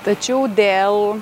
tačiau dėl